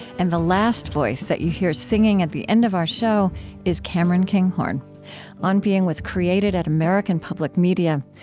and the last voice that you hear singing at the end of our show is cameron kinghorn on being was created at american public media.